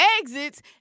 exits